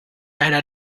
einer